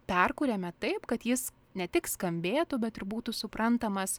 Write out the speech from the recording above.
perkuriame taip kad jis ne tik skambėtų bet ir būtų suprantamas